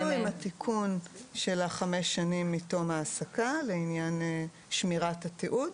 עם התיקון של 5 שנים מתום העסקה לעניין שמירת התיעוד